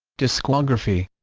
discography